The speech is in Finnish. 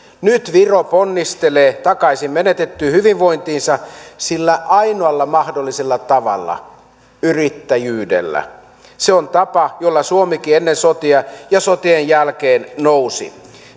nyt viro ponnistelee takaisin menetettyyn hyvinvointiinsa sillä ainoalla mahdollisella tavalla yrittäjyydellä se on tapa jolla suomikin ennen sotia ja sotien jälkeen nousi